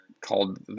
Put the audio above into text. called